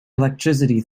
electricity